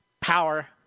power